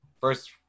first